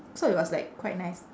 so it was like quite nice